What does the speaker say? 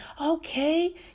okay